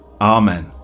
Amen